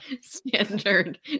standard